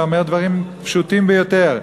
אלא אומר דברים פשוטים ביותר.